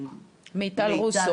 מיטל רוסו